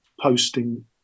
posting